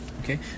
Okay